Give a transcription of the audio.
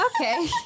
okay